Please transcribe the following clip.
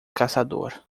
caçador